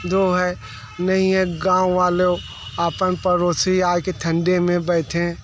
जो है नहीं है गाँव वालों अपन पड़ोसी आ के ठंडे में बैठें